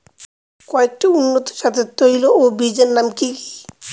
কয়েকটি উন্নত জাতের তৈল ও বীজের নাম কি কি?